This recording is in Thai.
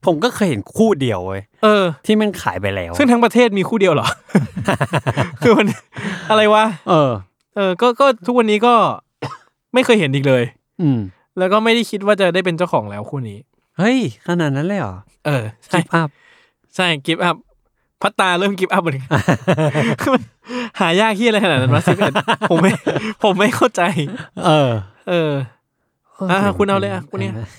ผมก็เคยเห็นคู่เดียวเว้ยเออที่มันขายไปแล้วอะซึ่งทั้งประเทศมีคู่เดียวเหรอ? คือมัน- อะไรวะ?เออเออก็- ก็ทุกวันนี้ก็ไม่เคยเห็นอีกเลยอืมแล้วก็ไม่ได้คิดว่าจะได้เป็นเจ้าของแล้วคู่นี้เฮ้ยขนาดนั้นเลยเหรอ?เออใช่give upใช่ give up พัดตาเริ่ม give up หมดเลยอ่ะ หายากเหี้ยอะไรขนาดนั้นวะ? ผมไม่- ผมไม่เข้าใจเออเอออ่ะคุณเอาเลยอ่ะคู่เนี้ย